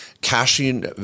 cashing